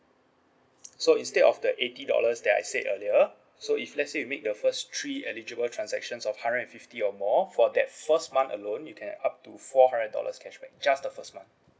so instead of the eighty dollars that I said earlier so if let's say you make the first three eligible transactions of hundred and fifty or more for that first month alone you can up to four hundred dollars cashback just the first month